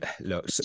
look